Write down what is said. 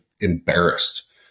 embarrassed